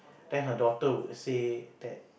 then her daughter would say that